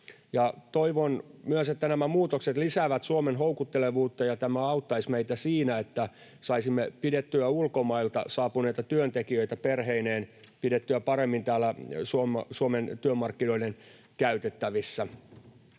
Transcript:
Toivon myös, että nämä muutokset lisäävät Suomen houkuttelevuutta ja tämä auttaisi meitä siinä, että saisimme pidettyä ulkomailta saapuneita työntekijöitä perheineen paremmin täällä Suomen työmarkkinoiden käytettävissä.